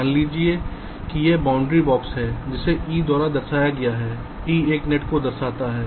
मान लीजिए कि यह बाउंडिंग बॉक्स है जिसे e द्वारा दर्शाया गया है e एक नेट को दर्शाता है